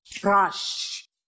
crush